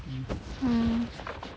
mm